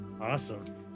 Awesome